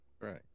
Right